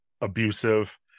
abusive